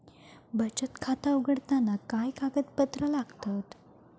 बचत खाता उघडताना काय कागदपत्रा लागतत?